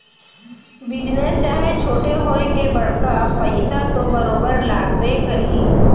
business चाहे छोटे होवय के बड़का पइसा तो बरोबर लगबे करही